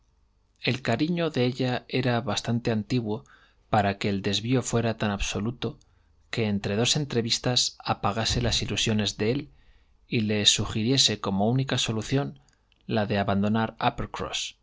el cariño de ella era bastante antiguo para que el desvío fuera tan absoluto que en dos entrevistas apagase las ilusiones de él y le sugiriese cómo única solución la de abandonar